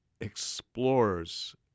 explores